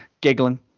giggling